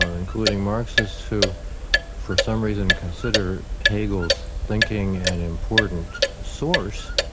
ah including marxists who for some reason consider hegel's thinking an important source,